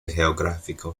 geográfico